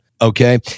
Okay